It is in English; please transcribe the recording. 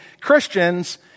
Christians